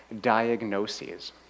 diagnoses